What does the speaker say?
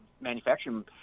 manufacturing